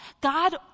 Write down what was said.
God